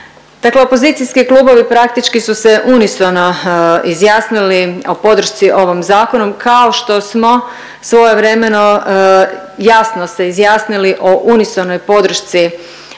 Dakle opozicijski klubovi praktički su se unisono izjasnili o podršci ovom zakonu kao što smo svojevremeno jasno se izjasnili o unisonoj podršci prema